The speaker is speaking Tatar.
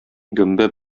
гөмбә